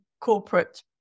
corporate